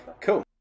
Cool